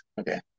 Okay